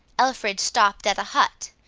alfred stopped at a hut,